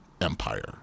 empire